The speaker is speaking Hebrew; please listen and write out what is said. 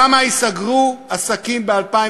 כמה עסקים ייסגרו ב-2015,